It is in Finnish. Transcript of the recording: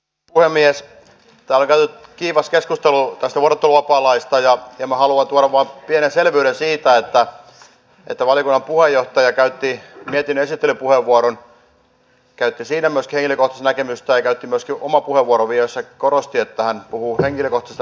täällä on käyty kiivas keskustelu tästä vuorotteluvapaalaista ja minä haluan vain tuoda pienen selvyyden siitä että valiokunnan puheenjohtaja käytti mietinnön esittelypuheenvuoron käytti siinä myöskin henkilökohtaista näkemystään ja käytti myöskin oman puheenvuoron vielä jossa korosti että hän puhuu henkilökohtaisesta näkemyksestään